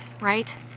right